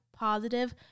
Positive